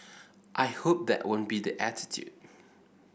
I hope that won't be the attitude